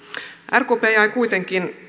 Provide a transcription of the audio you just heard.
rkp jäi kuitenkin